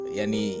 Yani